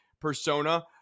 persona